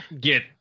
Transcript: get